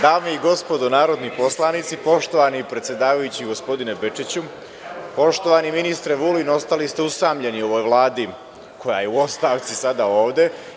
Dame i gospodo narodni poslanici, poštovani predsedavajući, gospodine Bečiću, poštovani ministre Vulin, ostali ste usamljeni u ovoj Vladi koja je u ostavci sada ovde.